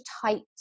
tight